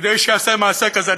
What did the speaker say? כדי שיעשה מעשה כזה.